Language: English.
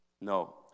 No